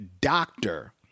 doctor